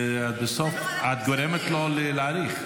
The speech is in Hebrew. ובסוף את גורמת לו להאריך.